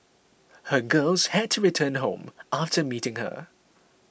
her girls had to return home after meeting her